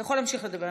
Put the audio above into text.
אתה יכול להמשיך לדבר.